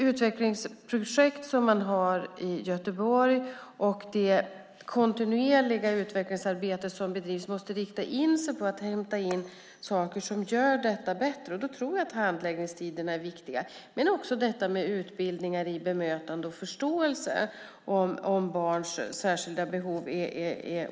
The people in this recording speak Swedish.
Utvecklingsprojektet i Göteborg och det kontinuerliga utvecklingsarbete som bedrivs måste rikta in sig på att hämta in saker som förbättrar. Här tror jag att handläggningstiderna är viktiga men också utbildningar i bemötande och förståelse av barns särskilda behov.